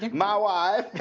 like my wife.